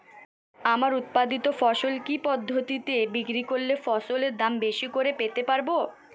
আমার উৎপাদিত ফসল কি পদ্ধতিতে বিক্রি করলে ফসলের দাম বেশি করে পেতে পারবো?